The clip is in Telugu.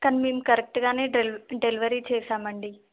కానీ మేము కరెక్ట్గా డెల్ డెలివరీ చేసాం అండి